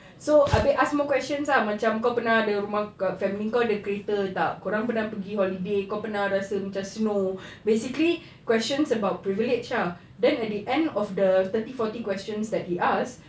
so abeh ask more questions ah macam kau pernah ada rumah family kau ada kereta tak kau orang pernah pergi holiday kau pernah rasa macam snow basically questions about privilege ah then at the end of the thirty forty questions that he asked